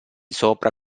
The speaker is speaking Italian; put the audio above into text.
sopra